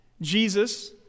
Jesus